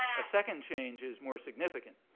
a second change is more significant.